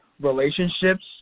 relationships